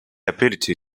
ability